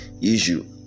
issue